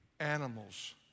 animals